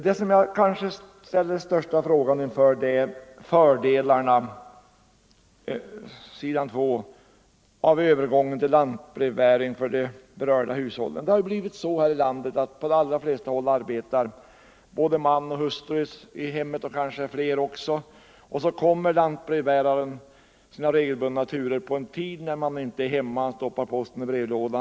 Vad jag ställer mig mest frågande inför är fördelarna av övergången till lantbrevbäring för de berörda hushållen. Det har blivit så här i landet att i de flesta familjer arbetar både man och hustru och då kommer lantbrevbäraren sina regelbundna turer på en tid när man inte är hemma. Han stoppar posten i brevlådan.